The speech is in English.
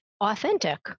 authentic